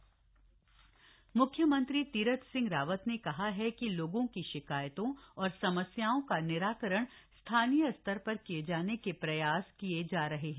CM जनसमस्याएं मुख्यमंत्री तीरथ सिंह रावत ने कहा है कि लोगों की शिकायतों और समस्याओं का निराकरण स्थानीय स्तर किये जाने के प्रयास किये जा रहे हैं